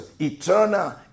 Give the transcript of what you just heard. eternal